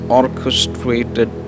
orchestrated